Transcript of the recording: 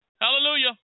Hallelujah